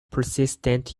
persistent